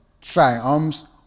triumphs